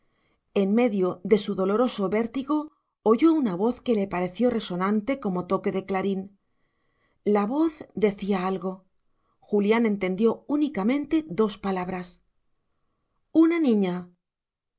en medio de su doloroso vértigo oyó una voz que le pareció resonante como toque de clarín la voz decía algo julián entendió únicamente dos palabras una niña